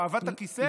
אהבת הכיסא,